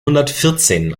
hundertvierzehn